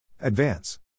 Advance